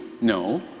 No